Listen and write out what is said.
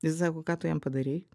jis sako ką tu jam padarei